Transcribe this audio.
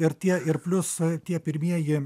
ir tie ir plius tie pirmieji